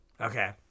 Okay